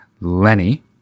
Lenny